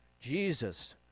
jesus